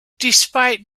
despite